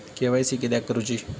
KYC किदयाक करूची?